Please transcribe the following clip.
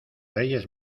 reyes